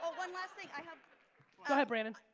one last thing, i have go ahead brandon.